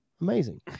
Amazing